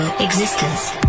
Existence